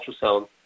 ultrasound